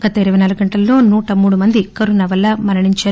గత ఇరవై నాలుగు గంటల్లో నూట మూడు మంది కరోనా వల్ల మరణించారు